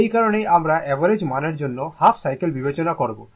এই কারণেই আমরা অ্যাভারেজ মানের জন্য হাফ সাইকেল বিবেচনা করব